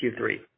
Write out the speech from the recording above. Q3